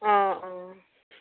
অঁ অঁ